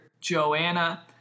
Joanna